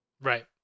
Right